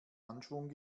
anschwung